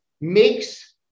makes